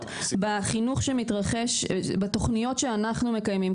בחינוך שמתרחש בתוכניות שאנחנו מקיימים.